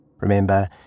Remember